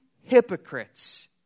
hypocrites